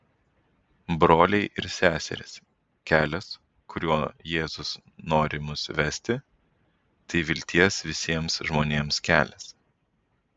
broliai ir seserys kelias kuriuo jėzus nori mus vesti tai vilties visiems žmonėms kelias